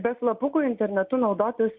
be slapukų internetu naudotis